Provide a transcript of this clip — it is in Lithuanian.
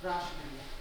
prašom ilja